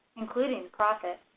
including profit,